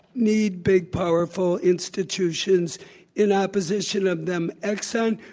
need big, powerful institutions in opposition of them, exxon,